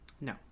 No